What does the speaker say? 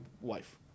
wife